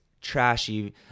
trashy